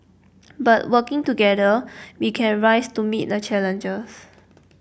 but working together we can rise to meet the challenges